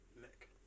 Nick